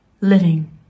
Living